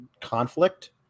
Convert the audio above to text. conflict